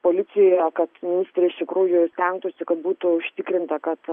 policijoje kad ir iš tikrųjų stengtųsi kad būtų užtikrinta kad